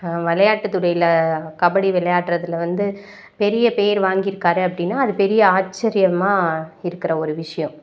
விளையாட்டு துறையில் கபடி விளையாடுறதுல வந்து பெரிய பேர் வாங்கியிருக்காரு அப்படினா அது பெரிய ஆச்சரியமாக இருக்கிற ஒரு விஷயம்